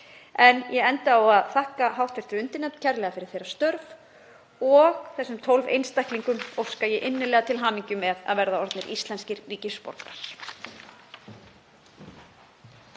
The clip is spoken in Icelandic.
Ég enda á að þakka hv. undirnefnd kærlega fyrir hennar störf og þessum 12 einstaklingum óska ég innilega til hamingju með að verða orðnir íslenskir ríkisborgarar.